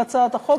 על הצעת החוק,